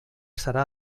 serà